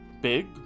big